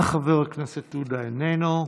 חבר הכנסת עודה, איננו,